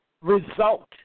result